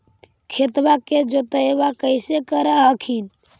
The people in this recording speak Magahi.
खेतबा के जोतय्बा कैसे कर हखिन?